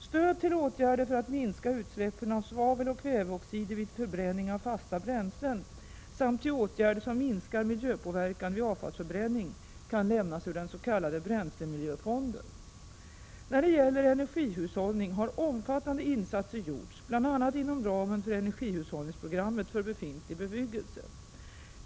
Stöd till åtgärder för att minska utsläppen av svaveloch kväveoxider vid förbrännning av fasta bränslen samt till åtgärder som minskar miljöpåverkan vid avfallsförbränning kan lämnas ur den s.k. bränslemiljöfonden. När det gäller energihushållning har omfattande insatser gjorts bl.a. inom ramen för energihushållningsprogrammet för befintlig bebyggelse.